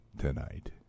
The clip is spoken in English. tonight